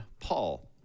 Paul